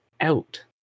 out